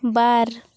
ᱵᱟᱨ